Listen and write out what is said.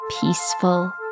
Peaceful